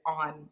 on